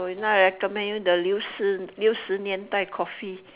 then now I recommend you the 六十六十年代 coffee